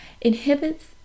inhibits